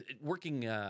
working